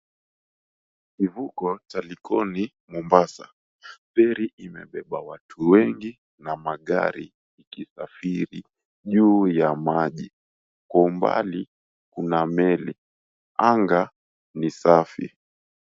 Kivuko cha Likoni, Mombasa. Feri imebeba watu wengi na magari ikisafiri juu ya maji, kwa umbali kuna meli. Anga ni safi.